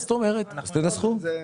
זה מורכב.